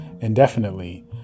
indefinitely